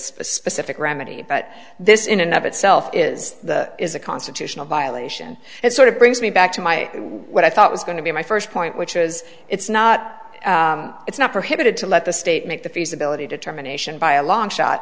specific remedy but this in another itself is is a constitutional violation it sort of brings me back to my what i thought was going to be my first point which is it's not it's not prohibited to let the state make the feasibility determination by a long shot